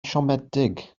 siomedig